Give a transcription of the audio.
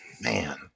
Man